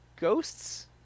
ghosts